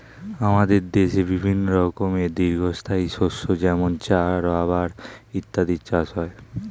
আমাদের দেশে বিভিন্ন রকমের দীর্ঘস্থায়ী শস্য যেমন চা, রাবার ইত্যাদির চাষ হয়